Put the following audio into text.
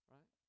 Right